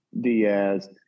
Diaz